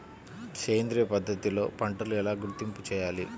సేంద్రియ పద్ధతిలో పంటలు ఎలా గుర్తింపు చేయాలి?